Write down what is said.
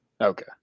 Okay